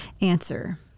answer